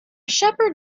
shepherd